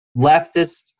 leftist